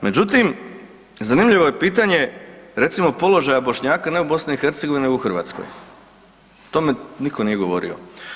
Međutim, zanimljivo je pitanje recimo položaja Bošnjaka ne u BiH nego u Hrvatskoj o tome nitko nije govorio.